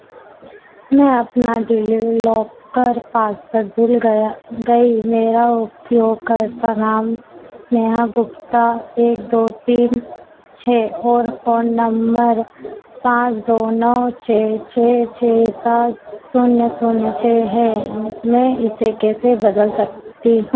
मैं अपना DigiLocker password भूल गया गयी मेरा उपयोगकर्ता नाम नेहा गुप्ता एक दो तीन है और फोन नंबर पाँच दो नौ छः छः छः सात शून्य शून्य छः है मैं इसे कैसे बदल सकती हूँ